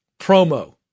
promo